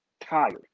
tired